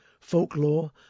Folklore